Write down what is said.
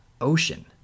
Ocean